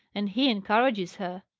and he encourages her!